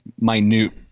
minute